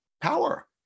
power